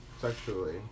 sexually